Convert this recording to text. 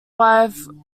wife